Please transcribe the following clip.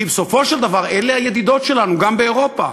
כי בסופו של דבר אלה הידידות שלנו, גם באירופה.